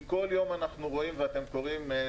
כי כל יום אנחנו רואים ואתם קוראים,